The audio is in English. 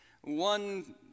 One